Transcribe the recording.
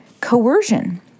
Coercion